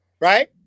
right